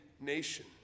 nation